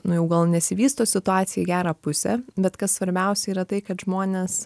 nu jau gal nesivysto situacija į gerą pusę bet kas svarbiausia yra tai kad žmonės